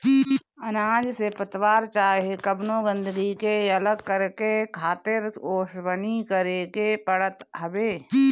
अनाज से पतवार चाहे कवनो गंदगी के अलग करके खातिर ओसवनी करे के पड़त हवे